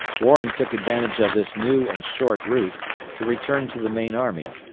warren took advantage of this new and short route to return to the main army,